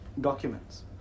documents